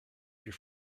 your